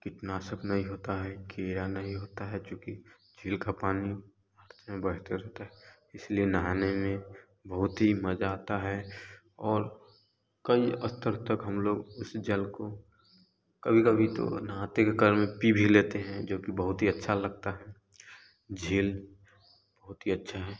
कीटनाशक नहीं होता है कीड़ा नहीं होता है चुकि झील का पानी हरदम बढ़ते रहता है इसलिए नहाने में बहुत ही मजा आता है और कई स्तर तक हम लोग उस जल को कभी कभी तो नहाते के क्रम में पी भी लेते हैं जो कि बहुत ही अच्छा लगता है झील बहुत ही अच्छा है